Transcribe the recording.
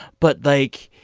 but, like,